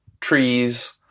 trees